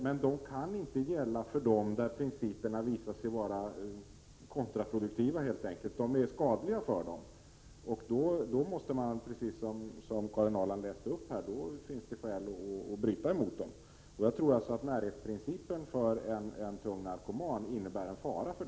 Men de kan inte gälla i de fall där de visar sig vara kontraproduktiva, dvs. när de är skadliga för den intagne. Då finns det, som Karin Ahrland läste upp här, skäl att bryta mot dessa principer. Jag tror alltså att närhetsprincipen innebär en fara för en tung narkoman.